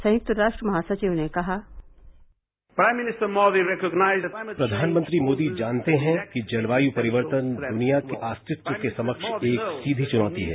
संयुक्त राष्ट्र महासचिव ने कहा प्रधानमंत्री मोदी जानते हैं कि जलवायू परिवर्तन दुनिया के अस्तित्व के समक्ष एक सीधी चुनौती है